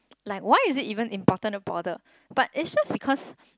like why is it even important to bother but it's just because